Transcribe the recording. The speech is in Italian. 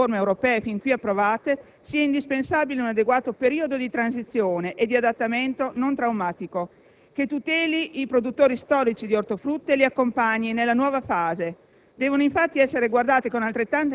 Riteniamo (anche in coerenza con le riforme europee fin qui approvate) sia indispensabile un adeguato periodo di transizione e di adattamento non traumatico, che tuteli i produttori storici di ortofrutta e li accompagni nella nuova fase.